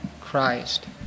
Christ